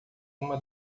uma